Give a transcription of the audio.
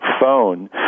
phone